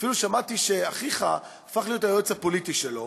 אפילו שמעתי שאחיך הפך להיות היועץ הפוליטי שלו,